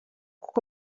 kuko